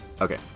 Okay